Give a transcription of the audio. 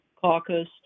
caucus